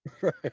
right